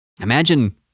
Imagine